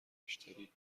بیشتری